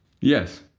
Yes